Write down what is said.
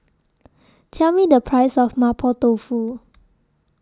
Tell Me The Price of Mapo Tofu